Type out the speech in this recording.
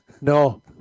No